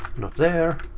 not there.